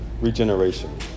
regeneration